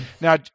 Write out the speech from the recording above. Now